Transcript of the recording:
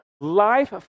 Life